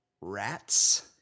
Rats